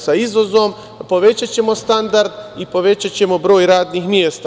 Sa izvozom povećaćemo standard i povećaćemo broj radnih mesta.